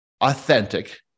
authentic